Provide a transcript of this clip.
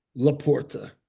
Laporta